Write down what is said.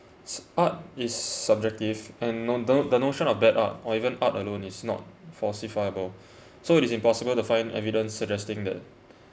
s~ art is subjective and no~ don~ the notion of bad art or even art alone is not falsifiable so it's impossible to find evidence suggesting that